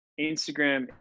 instagram